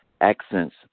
accents